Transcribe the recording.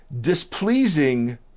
Displeasing